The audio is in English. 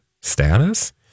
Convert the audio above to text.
Status